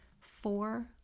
four